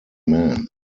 men